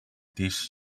this